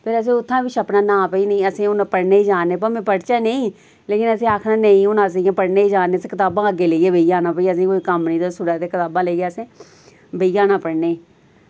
फिर असें उत्थै बी छप्पना ना भाई नि असें हून पढ़ने जाने भामें पढ़चै नेईं लेकिन असें आखना नेईं हून अस इयां पढ़ने जा ने असें कताबां अग्गै लेइयै बेही जाना भाई असें कोई कम्म नेईं दस्सी ओड़ै ते कताबां लेइयै असें बेही जाना पढ़ने गी